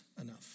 enough